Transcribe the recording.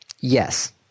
Yes